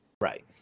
Right